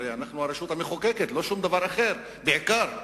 הרי אנחנו הרשות המחוקקת, לא שום דבר אחר, בעיקר.